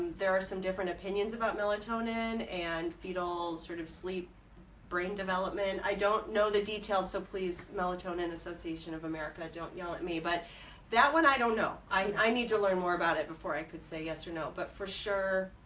there are some different opinions about melatonin and fetal sort of sleep brain development i don't know the details so please melatonin association of america i don't yell at me but that one i don't know i need to learn more about it before i could say yes or no but for sure